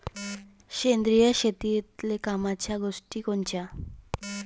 सेंद्रिय शेतीतले कामाच्या गोष्टी कोनच्या?